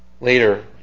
later